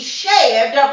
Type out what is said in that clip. shared